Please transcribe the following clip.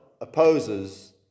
opposes